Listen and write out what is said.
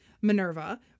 Minerva